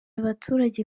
abaturage